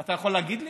אתה יכול להגיד לי?